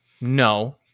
No